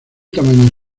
tamaño